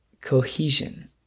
cohesion